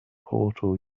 portal